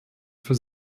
für